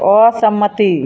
असहमति